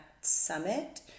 summit